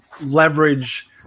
leverage